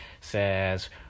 says